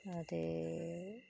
हां ते